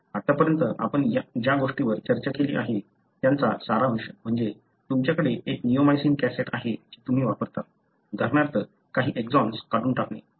आत्तापर्यंत आपण ज्या गोष्टींवर चर्चा केली आहे त्याचा सारांश म्हणजे तुमच्याकडे एक निओमायसिन कॅसेट आहे जी तुम्ही वापरता उदाहरणार्थ काही एक्सॉन्स काढून टाकणे